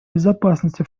безопасности